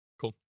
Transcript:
Cool